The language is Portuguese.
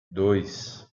dois